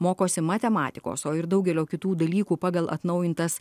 mokosi matematikos o ir daugelio kitų dalykų pagal atnaujintas